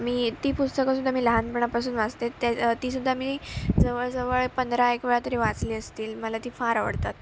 मी ती पुस्तकंसुद्धा मी लहानपणापासून वाचते त्या तीसुद्धा मी जवळजवळ पंधरा एक वेळा तरी वाचली असतील मला ती फार आवडतात